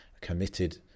committed